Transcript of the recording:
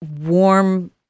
warm